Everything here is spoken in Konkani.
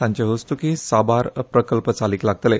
तांच्या हस्तुकी साबार प्रकल्प चालीक लागतले